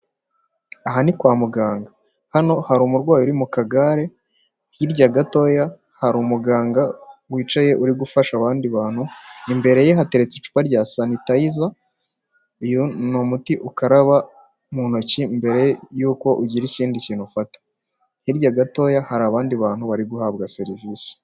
Aha ni kwa muganga hano hari umurwayi uri mu kagare hirya gatoya hari umuganga wicaye uri gufasha abandi bantu, imbere ye hateretse icupawa rya sanitayiza uyu ni umuti ukaraba mu ntoki mbere yuko ugira ikindi kintu ufata, hirya gatoya hari abandi bantu bari guhabwa serivisi.